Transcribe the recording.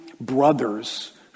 brother's